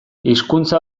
hizkuntza